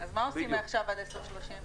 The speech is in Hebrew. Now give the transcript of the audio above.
אז מה עושים מעכשיו עד 10:30?